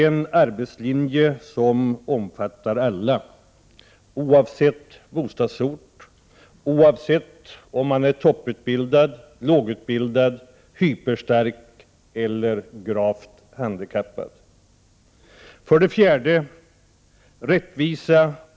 En arbetslinje som omfattar alla oavsett bostadsort och oavsett om man är topputbildad, lågutbildad, hyperstark eller gravt handikappad.